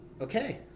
okay